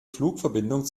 flugverbindung